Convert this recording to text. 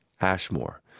Ashmore